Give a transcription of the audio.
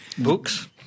Books